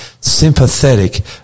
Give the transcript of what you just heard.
sympathetic